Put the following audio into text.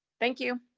thank you.